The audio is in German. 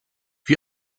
wie